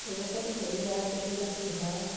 বৰষুণ পৰিলেহে খেতি বাতি হয়